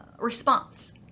response